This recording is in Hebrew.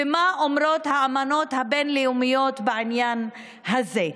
ומה אומרות האמנות הבין-לאומיות בעניין הזה.